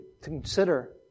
consider